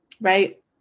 right